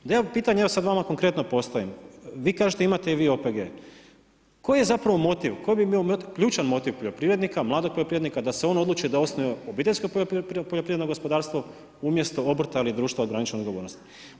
Da evo, pitanja ja sada vama konkretno postavim, vi kažete imate i vi OPG, koji je zapravo motiv, koji bi bio ključan motiv poljoprivrednika, mladog poljoprivrednika da se on odluči da osnuje obiteljsko poljoprivredno gospodarstvo umjesto obrta ili društva ograničene odgovornosti.